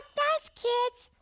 thanks, kids.